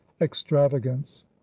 extravagance